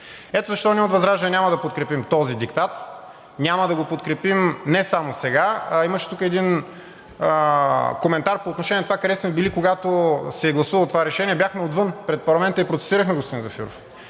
Ето защо ние от ВЪЗРАЖДАНЕ няма да подкрепим този диктат. Няма да го подкрепим не само сега, а имаше тук един коментар по отношение на това къде сме били, когато се е гласувало това решение, бяхме отвън пред парламента и протестирахме, господин Зафиров.